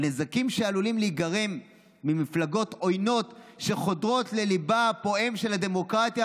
הנזקים שעלולים להיגרם ממפלגות עוינות שחודרות לליבה הפועם של הדמוקרטיה